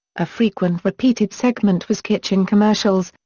a frequent repeated segment was kitchen commercials,